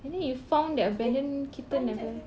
and then if you found the abandoned kitten never